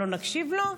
מה, לא נקשיב לו?